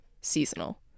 seasonal